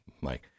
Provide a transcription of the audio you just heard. Mike